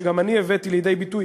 שגם אני הבאתי לידי ביטוי,